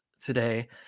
today